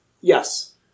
Yes